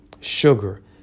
sugar